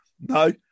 no